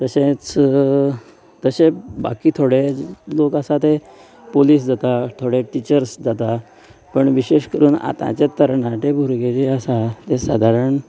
तशेंच तशेंच बाकी थोडे लोक आसा तें पोलीस जातात थोडे टिचर्स जातात पूण विशेश करून आताचे तरणाटे भुरगें जे आसात ते सादारण